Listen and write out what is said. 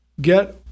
Get